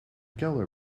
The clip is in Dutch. kelder